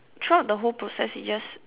throughout the whole process it just